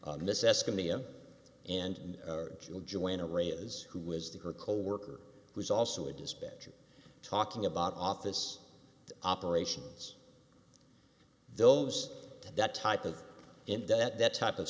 is who was the her coworker was also a dispatcher talking about office operations those that type of in that type of